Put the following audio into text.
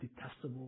detestable